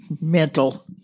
mental